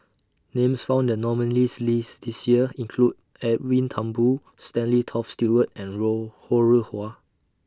Names found The nominees' list This Year include Edwin Thumboo Stanley Toft Stewart and Row Ho Rih Hwa